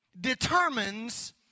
determines